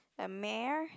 a mare